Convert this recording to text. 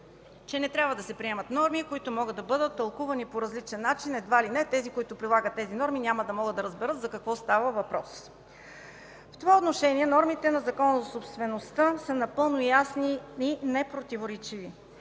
че не трябва да се приемат норми, които могат да бъдат тълкувани по различен начин, едва ли не тези, които прилагат тези норми, няма да могат да разберат за какво става въпрос. В това отношение нормите на Закона за собствеността са напълно ясни и непротиворечиви.